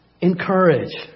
encourage